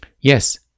yes